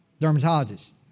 Dermatologist